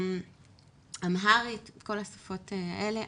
אמהרית, וכל השפות האלה.